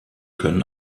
können